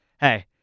hey